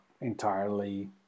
entirely